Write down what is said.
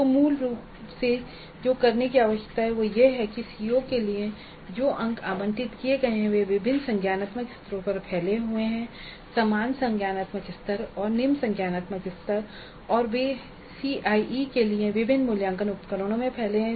तो मूल रूप से जो करने की आवश्यकता है वह यह है कि सीओ के लिए जो अंक आवंटित किए गए हैं वे विभिन्न संज्ञानात्मक स्तरों पर फैले हुए हैं समान संज्ञानात्मक स्तर और निम्न संज्ञानात्मक स्तर और वे CIE के लिए विभिन्न मूल्यांकन उपकरणों में फैले हुए हैं